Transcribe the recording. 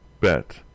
bet